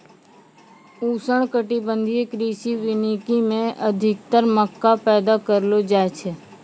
उष्णकटिबंधीय कृषि वानिकी मे अधिक्तर मक्का पैदा करलो जाय छै